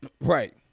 right